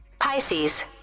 Pisces